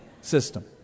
system